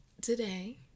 today